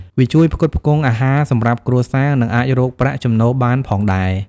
វាជួយផ្គត់ផ្គង់អាហារសម្រាប់គ្រួសារ និងអាចរកប្រាក់ចំណូលបានផងដែរ។